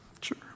Sure